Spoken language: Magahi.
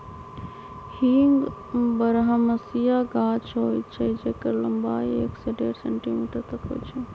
हींग बरहमसिया गाछ होइ छइ जेकर लम्बाई एक से डेढ़ सेंटीमीटर तक होइ छइ